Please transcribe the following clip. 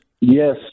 Yes